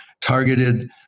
targeted